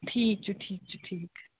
ٹھیٖک چھُ ٹھیٖک چھُ ٹھیٖک